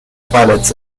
planets